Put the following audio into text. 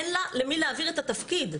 אין לה למי להעביר את התפקיד.